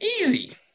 easy